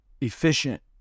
efficient